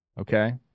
okay